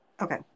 Okay